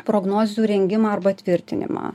prognozių rengimą arba tvirtinimą